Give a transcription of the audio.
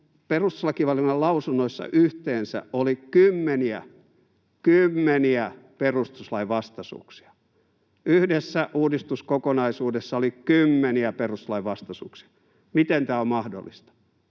perustuslakivaliokunnan lausunnoissa oli yhteensä kymmeniä — kymmeniä — perustuslainvastaisuuksia. Yhdessä uudistuskokonaisuudessa oli kymmeniä perustuslainvastaisuuksia. Miten tämä on mahdollista?